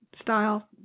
style